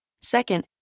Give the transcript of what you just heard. Second